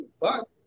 fuck